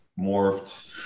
morphed